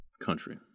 Country